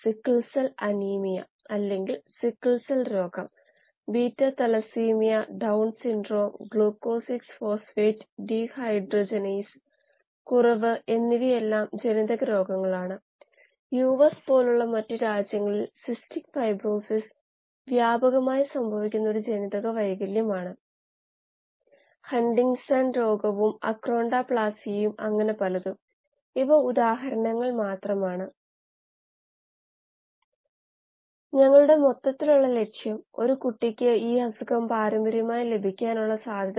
അതിൽ താപനില pH medium ഘടന അജിറ്റേഷനും എയറേഷനുംAgitation Aeration ഓക്സിജന്റെ അളവ് എന്നിവ പോലുള്ള ബയോറിയാക്റ്റർ പ്രകടനത്തെ ബാധിക്കുന്ന ചില ബയോ റിയാക്ടർ വേരിയബിളുകൾ പരിശോധിച്ചു